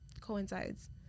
coincides